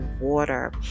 water